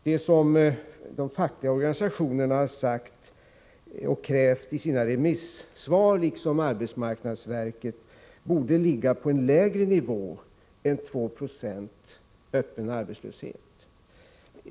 Det som de fackliga organisationerna har sagt och krävt i sina remissvar borde, liksom arbetsmarknadsverkets krav, ligga på en lägre nivå än 2 20 öppen arbetslöshet.